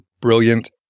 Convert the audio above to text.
brilliant